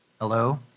Hello